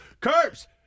Curbs